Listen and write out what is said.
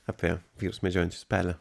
apie vyrus medžiojančius pelę